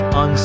on